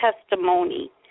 testimony